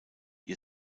ihr